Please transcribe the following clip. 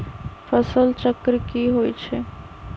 फसल चक्र की होइ छई?